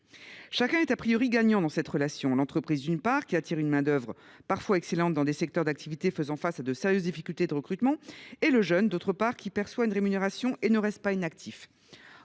Chacun est gagnant dans cette relation : l’entreprise, d’une part, qui attire une main d’œuvre parfois excellente dans des secteurs d’activité faisant face à de sérieuses difficultés de recrutement ; le jeune, d’autre part, qui perçoit une rémunération et ne reste pas inactif.